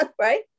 right